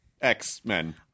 X-Men